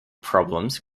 problems